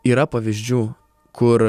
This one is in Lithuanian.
yra pavyzdžių kur